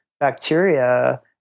bacteria